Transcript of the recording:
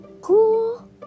Cool